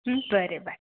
बरें बाय